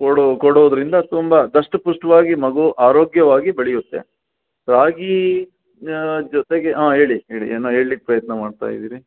ಕೊಡೊ ಕೊಡೋದರಿಂದ ತುಂಬಾ ದಷ್ಟ ಪುಷ್ಟ್ವಾಗಿ ಮಗು ಆರೋಗ್ಯವಾಗಿ ಬೆಳೆಯುತ್ತೆ ರಾಗಿ ಜೊತೆಗೆ ಹೇಳಿ ಹೇಳಿ ಏನೋ ಹೇಳಿಕ್ ಪ್ರಯತ್ನ ಮಾಡ್ತಾ ಇದ್ದೀರಿ